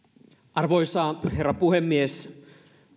arvoisa herra puhemies